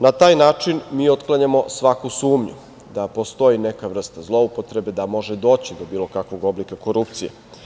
Na taj način mi otklanjamo svaku sumnju da postoji neka vrsta zloupotrebe, da može doći do bilo kakvog oblika korupcije.